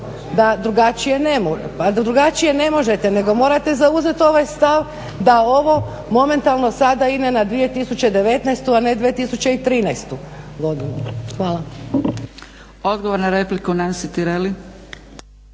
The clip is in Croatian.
ne, drugačije ne možete nego morate zauzeti ovaj stav da ovo momentalno sada ide na 2019., a ne 2013. godinu.